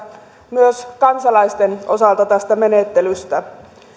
myös kansalaisten osalta tästä menettelystä